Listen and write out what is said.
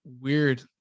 weird